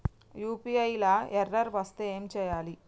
UPI లా error వస్తే ఏం చేయాలి?